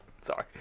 Sorry